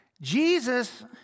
Jesus